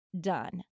done